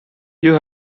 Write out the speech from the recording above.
you